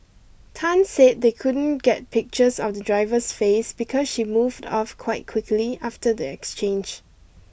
Tan said they couldn't get pictures of the driver's face because she moved off quite quickly after the exchange